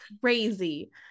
crazy